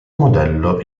modello